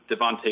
Devontae